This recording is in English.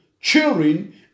children